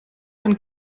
einen